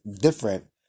different